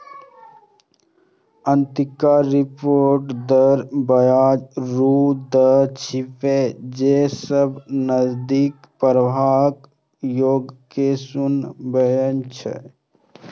आंतरिक रिटर्न दर ब्याजक ऊ दर छियै, जे सब नकदी प्रवाहक योग कें शून्य बनबै छै